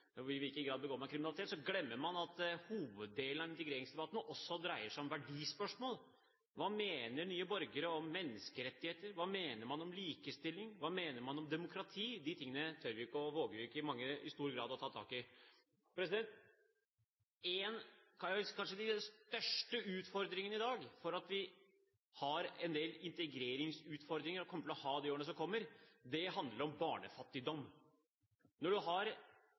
I hvilken grad begår man kriminalitet? Så glemmer man at hoveddelen av integreringsdebatten også dreier seg om verdispørsmål: Hva mener nye borgere om menneskerettigheter? Hva mener man om likestilling? Hva mener man om demokrati? De tingene tør vi ikke, våger mange ikke, i stor grad å ta tak i. Én av de kanskje største utfordringene i dag – vi har en del integreringsutfordringer og kommer til å ha det i årene som kommer – handler om